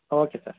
okay sir